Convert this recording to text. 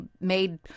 made